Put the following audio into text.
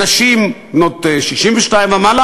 לגבי נשים זה בנות 62 ומעלה.